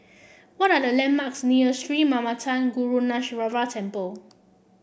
what are the landmarks near Sri Manmatha Karuneshvarar Temple